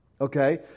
okay